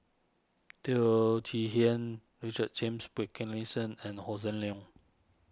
Teo Chee Hean Richard James Wilkinson and Hossan Leong